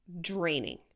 draining